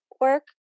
work